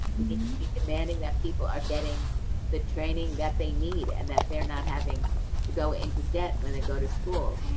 we need to be demanding that people are getting the training that they need, and that they're not having to go into debt when they go to school.